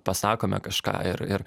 pasakome kažką ir ir